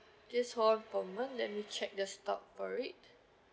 just hold on for a moment let me check the stock for it